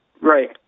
Right